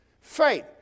Faith